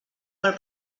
pel